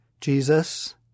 Jesus